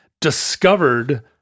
discovered